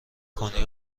کنی